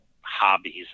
hobbies